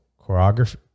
choreography